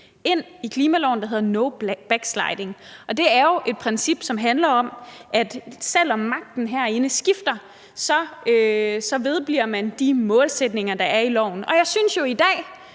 ind i klimaloven, der hedder no backsliding. Og det er jo et princip, som handler om, at selv om magten herinde skifter, vedbliver man med at have de målsætninger, der er i loven. Og jeg synes jo, at